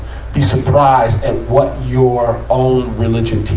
be surprised at what your own religion